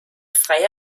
freie